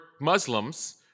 Muslims